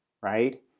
right